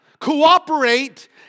Cooperate